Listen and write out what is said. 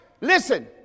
listen